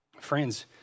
Friends